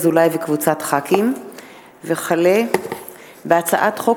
פ/2846/18 וכלה בהצעת חוק